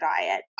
diet